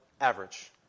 average